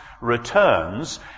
returns